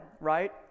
right